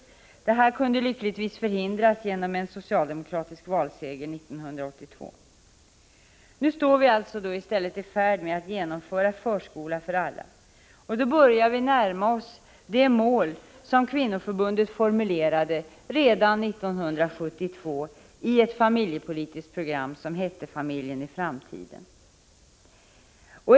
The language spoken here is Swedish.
Detta kunde lyckligtvis förhindras genom den socialdemokratiska valsegern 1982. Nu är vi alltså i stället i fård med att genomföra Förskola för alla, och då börjar vi närma oss det mål som Kvinnoförbundet formulerade redan 1972 i ett familjepolitiskt program som hette Familjen i framtiden.